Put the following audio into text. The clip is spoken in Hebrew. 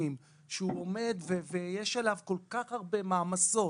שהוא עומד ויש עליו כל כך הרבה מעמסות,